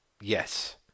Yes